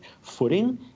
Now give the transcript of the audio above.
footing